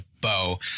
bow